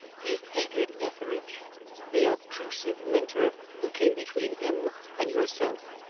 he hated etheridge the obtrusive mentor who came between him and yourself.